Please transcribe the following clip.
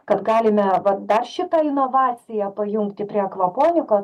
kad galime dar šitą inovaciją pajungti prie akvoponikos